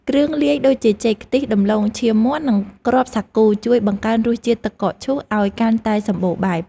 គ្រឿងលាយដូចជាចេកខ្ទិះដំឡូងឈាមមាន់និងគ្រាប់សាគូជួយបង្កើនរសជាតិទឹកកកឈូសឱ្យកាន់តែសម្បូរបែប។